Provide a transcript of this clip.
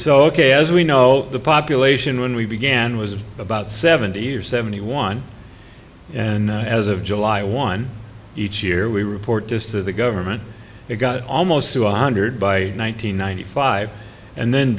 so ok as we know the population when we began was about seventy or seventy one and as of july one each year we report this to the government it got almost two hundred by one nine hundred ninety five and then